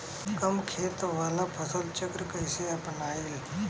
कम खेत वाला फसल चक्र कइसे अपनाइल?